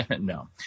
No